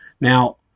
Now